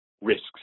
risks